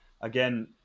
Again